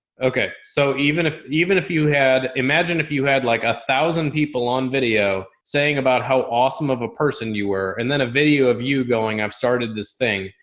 okay, so even if even if you had, imagine if you had like a thousand people on video saying about how awesome of a person you were and then a video of you going, i've started this thing,